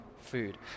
food